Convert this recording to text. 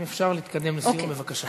אם אפשר להתקדם לסיום בבקשה.